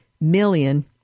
million